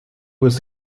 was